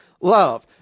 love